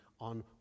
on